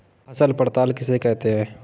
फसल पड़ताल किसे कहते हैं?